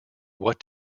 what